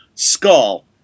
Skull